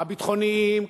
הביטחוניים,